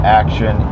action